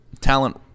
talent